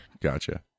gotcha